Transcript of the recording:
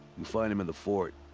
you'll find him in the fort.